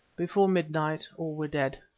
before midnight all were dead,